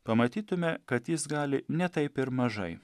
pamatytume kad jis gali ne taip ir mažai